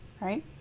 right